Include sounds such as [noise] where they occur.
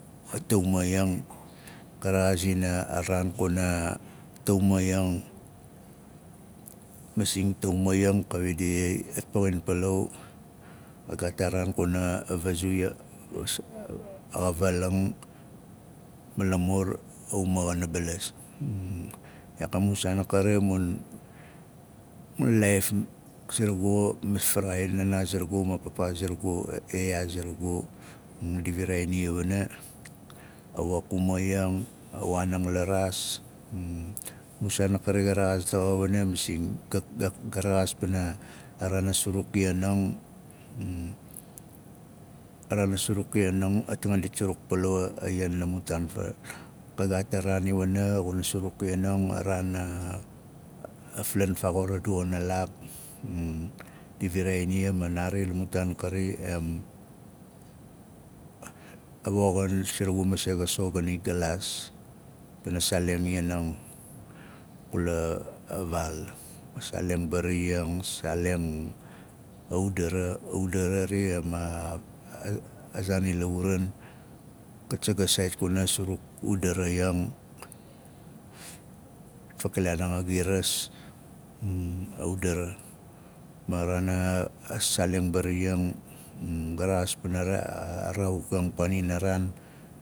Tauma iyang ka rexaazing a raan kuna tauma iyan masing tauma iyang kawi di at poxin palaau ka gaat a naan kuna a vazu ya a sa- a xavaling ma lamur a uma xana balas [hesitation] iyaak a mu saan a kari a mun mu laaif surugu ma faraxai wan naanaa zurugu ma papaa zurugu yeyaa zurugu [hesitation] di viraai nia wana a wok uma iyan a waan ang laraas [hesitation] a mu saan a kari ga rexaas daxa wana masing gak- gak- aa rexaas pana a raan a suruk lan ang [hesitation] a raan a suruk lan ang a itnanga dit suruk lan ang palau. A lan la mu taan faa [unintelligible] ka gaat a raan iwana xuno suruk lan ang a raan a pi flan faaxur a du xana laak [hesitation] di viraai ma ma naari la mu taan kari em [hesitation] a woxin surugu mase ga soxot gana i galaas pana saaleng lan ang kula a- vaal saaleng mbari ang saaleng udara a udara ri amaa a- a zaan ila ruan kat sagas sgait kuna suruk udara iyang fakilaanang giras [hesitation] ga rexaas pana a- a raawut ang paaninaraan